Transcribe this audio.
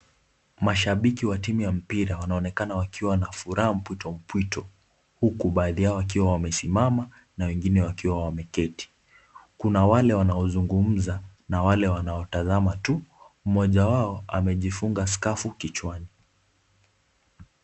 Mashabiki wa timu ya mpira wanaonekana ukiwa na furaha mpwito mpwito huku baadhi yao wakiwa wamesimama na wengine wakiwa wameketi. Kuna wale wanaozungumza na wale wanaotazama tu. Mmoja wao amejifunga skafu kichwani.